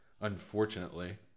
unfortunately